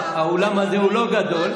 האולם הזה הוא לא גדול,